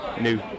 new